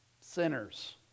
sinners